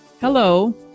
Hello